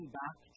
back